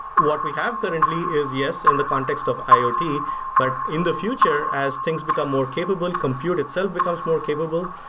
what we have currently is yes, in the context of iot, but in the future as things become more capable, compute itself becomes more capable,